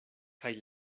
kaj